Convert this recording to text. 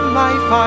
life